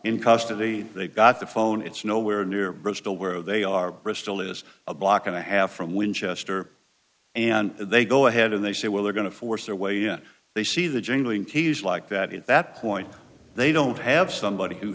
in custody they got the phone it's nowhere near bristol where they are bristol is a block and a half from winchester and they go ahead and they say well they're going to force their way and they see the jingling keys like that at that point they don't have somebody who